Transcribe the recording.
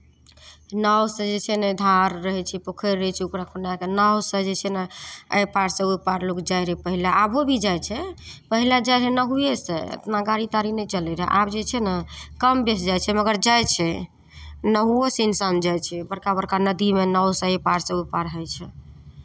नावसँ जे छै ने धार रहै छै पोखरि रहै छै ओकरापर जा कऽ नावसँ जे छै ने एहि पारसँ ओहि पार लोक जाइत रहै पहिले आबो भी जाइ छै पहिले जाइत रहै नावएसँ उतना गाड़ी ताड़ी नहि चलैत रहै आब जे छै ने कम बेस जाइ छै मगर जाइ छै नावोसँ इंसान जाइ छै बड़का बड़का नदीमे नावसँ एहि पारसँ ओहि पार होइ छै